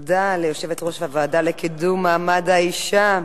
תודה ליושבת-ראש הוועדה לקידום מעמד האשה,